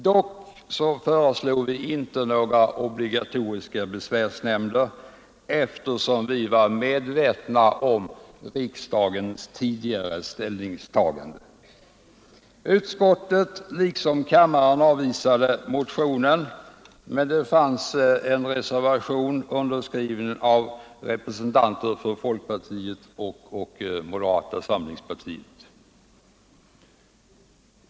Dock föreslog vi inte obligatoriska besvärsnämnder, eftersom vi var medvetna om riksdagens tidigare ställningstagande. Utskottet avstyrkte motionen och kammaren avslog den, men vid betänkandet hade fogats en reservation av representanter för folkpartiet och moderata samlingspartiet.